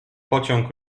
pociąg